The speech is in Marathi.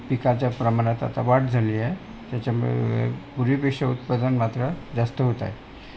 पिकाच्या प्रमाणात आता वाढ झाली आहे त्याच्यामुळे पूर्वीपेक्षा उत्पादन मात्र जास्त होत आहे